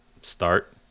Start